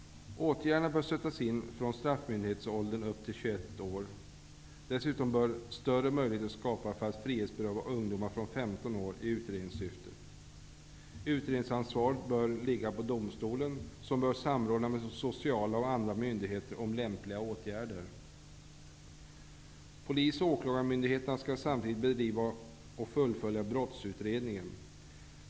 Åtgärderna bör sättas in från straffmyndighetsåldern upp till 21 år. Dessutom bör större möjligheter skapas för att frihetsberöva ungdomar från 15 år i utredningssyfte. Utredningsansvaret bör ligga på domstolen, som bör samråda med sociala och andra myndigheter om lämpliga åtgärder. Polis och åklagarmyndigheterna skall samtidigt bedriva och fullfölja brottsutredningen.